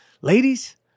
ladies